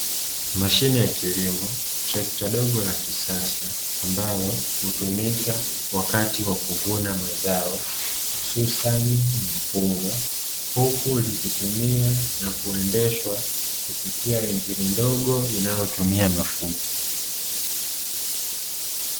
Mashine ya kilimo trekta dogo la kisasa, ambalo hutumika wakati wa kuvuna mazao hususani mpunga, huku likitumia na kuendeshwa kupitia injini ndogo inayotumika mafuta.